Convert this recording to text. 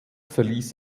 verließ